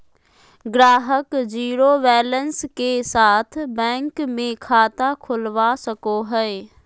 ग्राहक zero balance के साथ बैंक मे खाता खोलवा सको हय